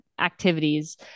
activities